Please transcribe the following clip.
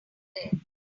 there